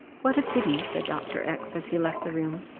what a pity, said dr. x, as he left the room,